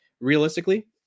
Realistically